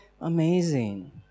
amazing